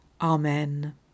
Amen